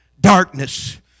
darkness